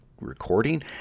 recording